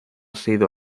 sido